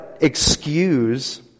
excuse